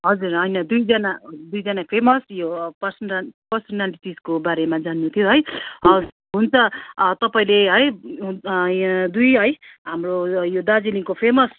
हजुर होइन दुईजना दुईजना फेमस यो पर्सन पर्सनालिटिजको बारेमा जान्नु थियो है हवस् हुन्छ तपाईँले है यहाँ दुई है हाम्रो यो यो दार्जिलिङको फेसम